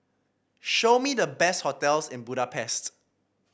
show me the best hotels in Budapest